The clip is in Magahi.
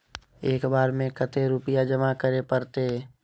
एक बार में कते रुपया जमा करे परते?